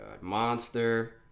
Monster